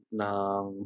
ng